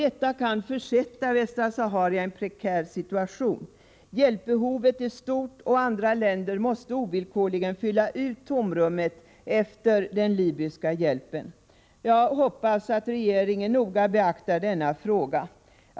Detta kan försätta Västra Sahara i en prekär situation. Hjälpbehovet är stort, och andra länder måste ovillkorligen fylla ut tomrummet efter den libyska hjälpen. Jag hoppas att regeringen noga beaktar denna fråga.